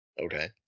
Okay